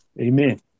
Amen